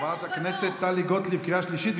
חברת הכנסת טלי גוטליב, קריאה שלישית.